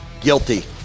guilty